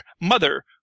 mother